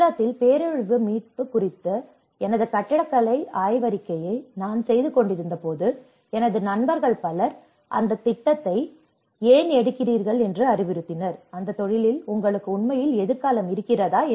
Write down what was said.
குஜராத்தில் பேரழிவு மீட்பு குறித்த எனது கட்டடக்கலை ஆய்வறிக்கையை நான் செய்துகொண்டிருந்தபோது எனது நண்பர்கள் பலர் அந்த திட்டத்தை ஏன் எடுக்கிறீர்கள் என்று அறிவுறுத்தினர் அந்த தொழிலில் உங்களுக்கு உண்மையில் எதிர்காலம் இருக்கிறதா